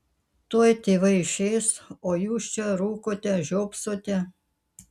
tuoj tėvai išeis o jūs čia rūkote žiopsote